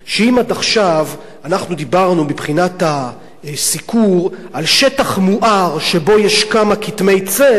שאם עד עכשיו דיברנו מבחינת הסיקור על שטח מואר שבו יש כמה כתמי צל,